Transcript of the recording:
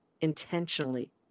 intentionally